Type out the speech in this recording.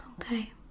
Okay